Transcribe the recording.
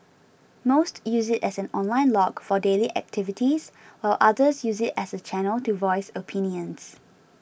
most use it as an online log for daily activities while others use it as a channel to voice opinions